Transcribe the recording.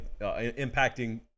impacting